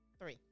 three